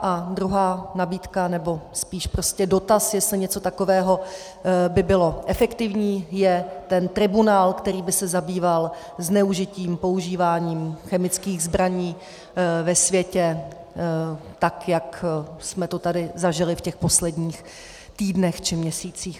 A druhá nabídka nebo spíš dotaz, jestli něco takového by bylo efektivní, je ten tribunál, který by se zabýval zneužitím, používáním chemických zbraní ve světě, tak jak jsme to tady zažili v posledních týdnech či měsících.